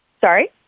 Sorry